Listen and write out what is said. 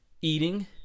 eating